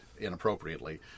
inappropriately